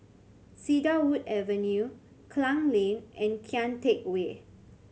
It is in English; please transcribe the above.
Cedarwood Avenue Klang Lane and Kian Teck Way